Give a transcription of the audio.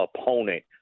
opponent